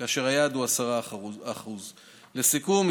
והיעד הוא 10%. לסיכום,